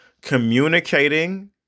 communicating